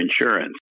insurance